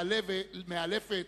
מאלפת,